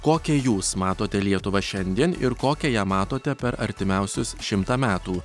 kokią jūs matote lietuvą šiandien ir kokią ją matote per artimiausius šimtą metų